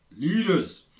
Leaders